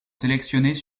sélectionnés